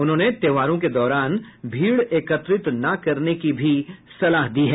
उन्होंने त्योहारों के दौरान भीड़ एकत्रित न करने की भी सलाह दी है